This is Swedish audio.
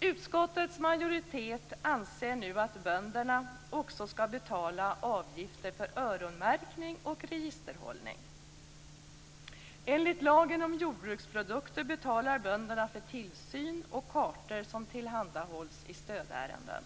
Utskottets majoritet anser att bönderna nu också skall betala avgifter för öronmärkning och registerhållning. Enligt lagen om jordbruksprodukter betalar bönderna för tillsyn och kartor som tillhandahålls i stödärenden.